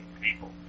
people